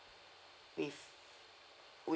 with